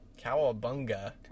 Cowabunga